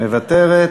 מוותרת.